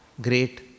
great